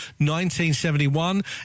1971